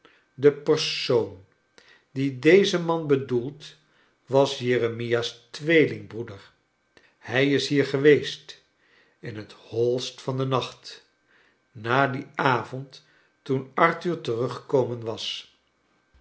de persoon die deze man bedoelt was jeremia's tweelingbroeder hij is hier geweest in t hoist van den nacht na dien avond toen arthur teruggekomen was